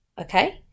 okay